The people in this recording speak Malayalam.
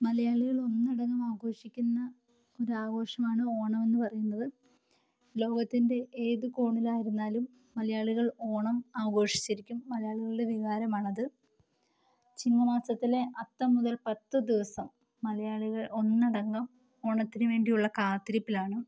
മലയാളികൾ ഒന്നടങ്കം ആഘോഷിക്കുന്ന ഒരാഘോഷമാണ് ഓണം എന്ന് പറയുന്നത് ലോകത്തിൻ്റെ ഏത് കോണിലായിരുന്നാലും മലയാളികൾ ഓണം ആഘോഷിച്ചിരിക്കും മലയാളികളുടെ വികാരമാണത് ചിങ്ങമാസത്തിലെ അത്തം മുതൽ പത്ത് ദിവസം മലയാളികൾ ഒന്നടങ്കം ഓണത്തിന് വേണ്ടിയുള്ള കാത്തിരിപ്പിലാണ്